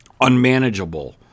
unmanageable